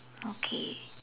okay